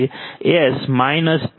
2 છે તમારી પાસે એસ 10